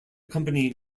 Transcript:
company